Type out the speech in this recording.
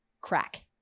crack